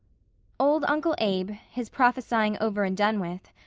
old uncle abe, his prophesying over and done with,